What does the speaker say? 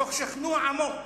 מתוך שכנוע עמוק.